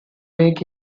make